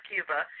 Cuba